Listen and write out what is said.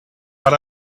but